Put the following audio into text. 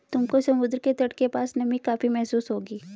तुमको समुद्र के तट के पास नमी काफी महसूस होगी